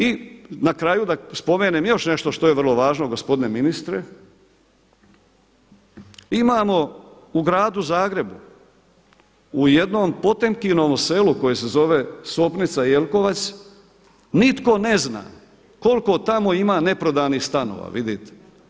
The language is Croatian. I na kraju da spomenem još nešto što je vrlo važno gospodine ministre, imamo u gradu Zagrebu u jednom Potemkinovom selu koje se zove Sopnica-Jelkovac nitko ne zna koliko tamo ima neprodanih stanova, vidite.